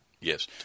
Yes